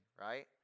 right